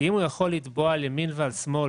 כי אם הוא יכול לתבוע על ימין ועל שמאל,